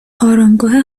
آرامگاه